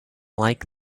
like